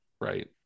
Right